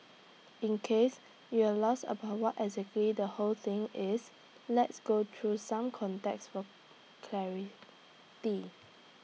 in case you're lost about what exactly the whole thing is let's go through some context for clarity